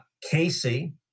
Casey